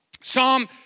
Psalm